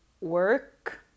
work